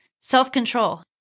self-control